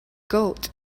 goat